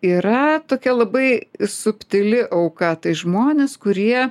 yra tokia labai subtili auka tai žmonės kurie